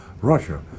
Russia